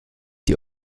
die